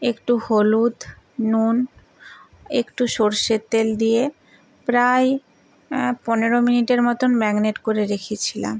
একটু হলুদ নুন একটু সরষের তেল দিয়ে প্রায় পনেরো মিনিটের মতোন ম্যাগনেট করে রেখেছিলাম